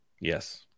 Yes